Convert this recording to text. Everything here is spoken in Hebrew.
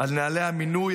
על נוהלי המינוי,